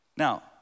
Now